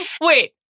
Wait